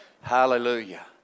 Hallelujah